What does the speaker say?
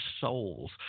souls